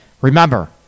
remember